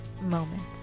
moments